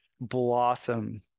blossom